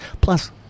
Plus